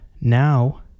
now